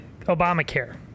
Obamacare